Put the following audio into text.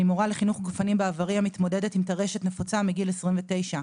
אני מורה לחינוך גופני בעברי המתמודדת עם טרשת נפוצה מגיל 29,